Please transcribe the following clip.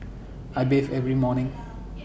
I bathe every morning